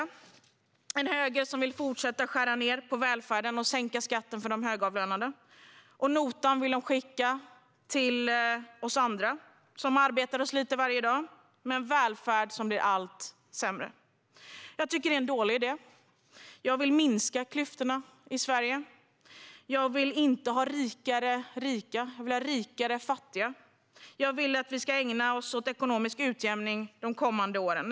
Vi har en höger som vill fortsätta skära ned på välfärden och sänka skatten för de högavlönade. Notan vill de skicka till oss andra, som arbetar och sliter varje dag, och göra vår välfärd allt sämre. Det är en dålig idé. Jag vill minska klyftorna. Jag vill inte ha rikare rika; jag vill ha rikare fattiga. Jag vill att vi ska ägna oss åt ekonomisk utjämning de kommande åren.